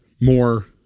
more